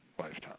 Lifetime